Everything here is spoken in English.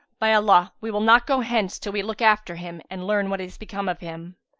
by allah, we will not go hence, till we look after him and learn what is become of him.